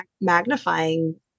magnifying